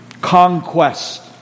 conquest